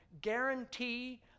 guarantee